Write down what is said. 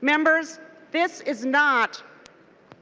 members this is not